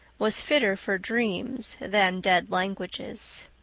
was fitter for dreams than dead languages.